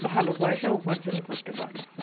ভালো পয়সা উপার্জন করতে পারব